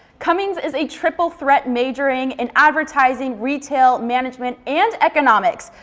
cummings is a triple threat majoring in advertising, retail management and economics.